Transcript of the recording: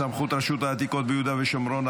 סמכות רשות העתיקות ביהודה והשומרון),